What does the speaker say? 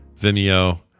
vimeo